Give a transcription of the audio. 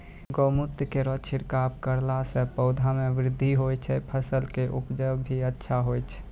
गौमूत्र केरो छिड़काव करला से पौधा मे बृद्धि होय छै फसल के उपजे भी अच्छा होय छै?